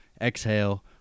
exhale